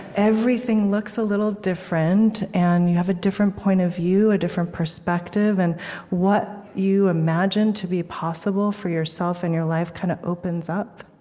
everything looks a little different, and you have a different point of view, a different perspective, and what you imagine to be possible for yourself and your life kind of opens up,